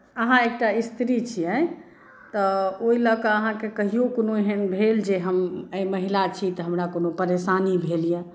अहाँ एकटा स्त्री छियै तऽ ओहि लऽ कऽ अहाँके कहियो कोनो एहन भेल जे हम आइ महिला छी तऽ हमरा कोनो परेशानी भेल यऽ